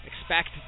Expect